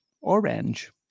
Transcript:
Orange